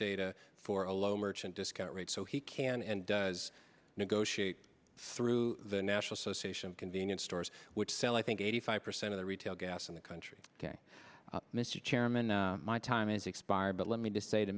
data for a low merchant discount rate so he can and does negotiate through the national association of convenience stores which sell i think eighty five percent of the retail gas in the country ok mr chairman my time is expired but let me just say to